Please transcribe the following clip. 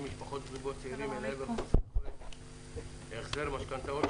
משפחות וזוגות צעירים אל עבר חוסר יכולת להחזר משכנתאות,